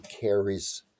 carries